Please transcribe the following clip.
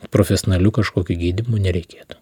profesionaliu kažkokiu gydymu nereikėtų